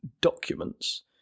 documents